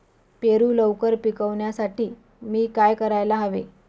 पेरू लवकर पिकवण्यासाठी मी काय करायला हवे?